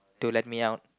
to let me out